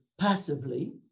passively